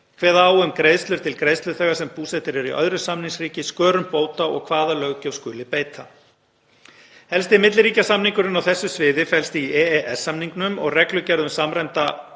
kveða á um greiðslur til greiðsluþega sem búsettir eru í öðru samningsríki, skörun bóta og hvaða löggjöf skuli beita. Helsti milliríkjasamningurinn á þessu sviði felst í EES-samningnum og reglugerð um samræmingu